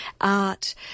art